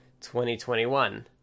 2021